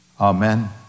Amen